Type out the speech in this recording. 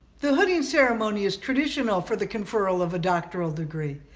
the hooding ceremony is traditional for the conferral of a doctoral degree.